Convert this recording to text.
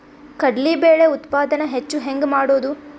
ಕಡಲಿ ಬೇಳೆ ಉತ್ಪಾದನ ಹೆಚ್ಚು ಹೆಂಗ ಮಾಡೊದು?